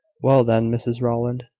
well, then, mrs rowland,